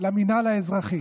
חבר הכנסת כסיף,